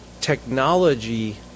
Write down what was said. Technology